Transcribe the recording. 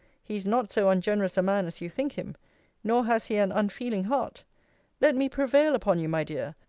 he is not so ungenerous a man as you think him nor has he an unfeeling heart let me prevail upon you, my dear,